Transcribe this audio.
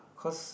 cause